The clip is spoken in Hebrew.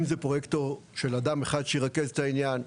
אם זה פרויקטור של אדם אחד שירכז את העניין,